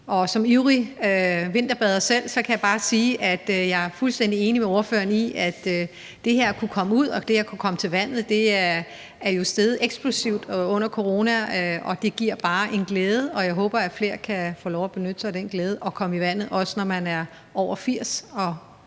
Som ivrig vinterbader kan jeg bare sige, at jeg er fuldstændig enig med ordføreren i, at lysten til at kunne komme ud og komme til vandet jo er steget eksplosivt under corona. Det giver bare en glæde, og jeg håber, at flere kan få lov at opleve den glæde at komme i vandet, også når man er over 80 år